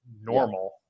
normal